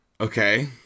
okay